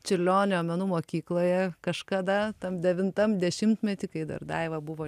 čiurlionio menų mokykloje kažkada tam devintam dešimtmety kai dar daiva buvo